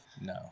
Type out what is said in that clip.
No